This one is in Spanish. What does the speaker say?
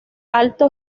alto